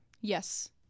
Yes